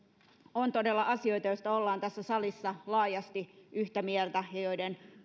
on todella asioita joista ollaan tässä salissa laajasti yhtä mieltä ja joiden